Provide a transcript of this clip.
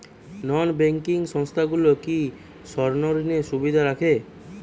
নন banking সংস্থাগুলো কি স্বর্ণঋণের সুবিধা রাখে?